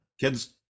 kids